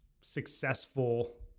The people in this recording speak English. successful